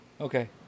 Okay